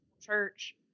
Church